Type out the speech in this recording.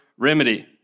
remedy